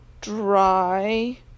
dry